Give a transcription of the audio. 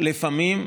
לפעמים,